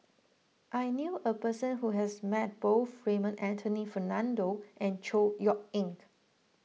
I knew a person who has met both Raymond Anthony Fernando and Chor Yeok Eng